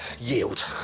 Yield